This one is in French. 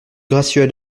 gracieux